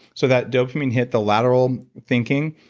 so that dopamine hit the lateral thinking,